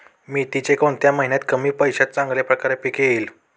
मेथीचे कोणत्या महिन्यात कमी पैशात चांगल्या प्रकारे पीक येईल?